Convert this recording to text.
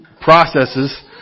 processes